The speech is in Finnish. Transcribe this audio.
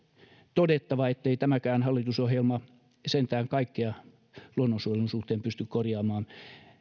todettava ettei tämäkään hallitusohjelma sentään kaikkea luonnonsuojelun suhteen pysty korjaamaan